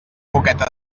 boqueta